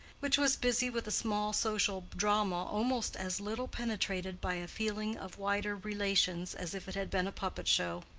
which was busy with a small social drama almost as little penetrated by a feeling of wider relations as if it had been a puppet-show.